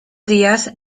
días